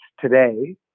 today